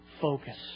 focus